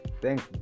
Thanks